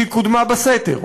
כי היא קודמה בסתר.